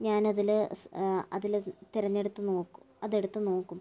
ഞാനതില് അതില് തിരഞ്ഞെടുത്ത നോക്ക് അതെടുത്തു നോക്കും